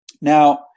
Now